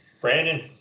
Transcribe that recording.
Brandon